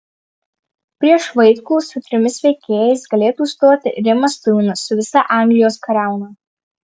prieš vaitkų su trimis veikėjais galėtų stoti rimas tuminas su visa anglijos kariauna